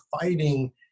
fighting